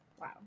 Wow